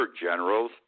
generals